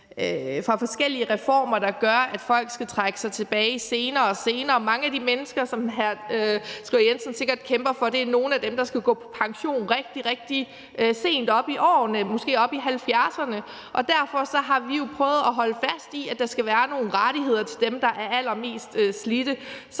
med forskellige reformer, der gør, at folk skal trække sig tilbage senere og senere. Mange af de mennesker, som hr. Thomas Skriver Jensen sikkert kæmper for, er nogle af dem, der skal gå på pension rigtig, rigtig sent og langt oppe i årene, måske oppe i 70'erne, og derfor har vi jo prøvet at holde fast i, at der skal være nogle rettigheder til dem, der er allermest slidte.